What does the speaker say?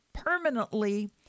Permanently